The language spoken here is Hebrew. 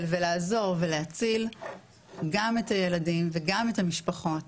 ולעזור ולהציל גם את הילדים וגם את המשפחות,